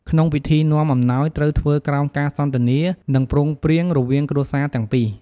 ក្នុងពិធីនាំអំណោយត្រូវធ្វើក្រោមការសន្ទនា និងព្រមព្រៀងរវាងគ្រួសារទាំងពីរ។